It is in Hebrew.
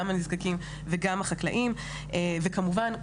גם לנזקקים וגם לחקלאים וכמובן,